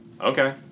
okay